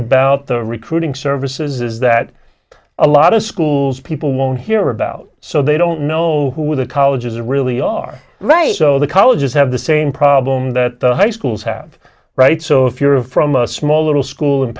about the recruiting services is that a lot of schools people won't hear about so they don't know who the colleges really are right so the colleges have the same problem that high schools have right so if you're from a small little school in